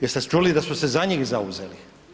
Jeste čuli da su se za njih zauzeli?